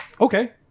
okay